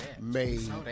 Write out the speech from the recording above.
made